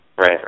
right